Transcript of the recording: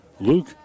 Luke